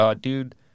dude